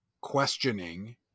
questioning